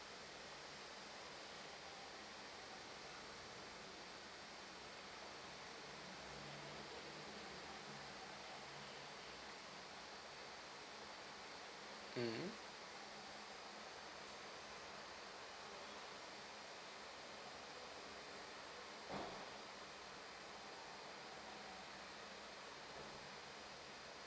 mmhmm